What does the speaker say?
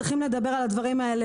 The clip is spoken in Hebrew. צריכים לדבר על הדברים האלה.